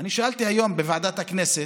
אני שאלתי היום בוועדת הכנסת,